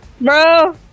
Bro